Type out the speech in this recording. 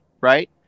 right